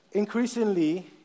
Increasingly